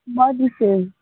मधिसे